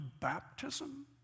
baptism